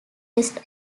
west